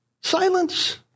Silence